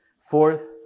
Fourth